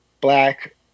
black